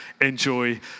enjoy